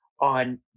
on